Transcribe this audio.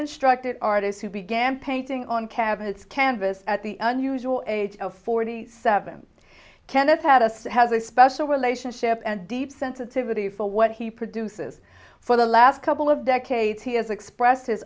instructed artist who began painting on cabinets canvas at the unusual age of forty seven kenneth had a set has a special relationship and deep sensitivity for what he produces for the last couple of decades he has expresse